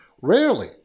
rarely